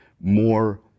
more